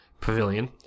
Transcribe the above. Pavilion